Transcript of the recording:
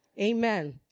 Amen